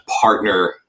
partner